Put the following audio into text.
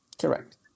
correct